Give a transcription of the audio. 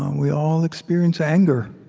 um we all experience anger.